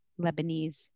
Lebanese